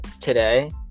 today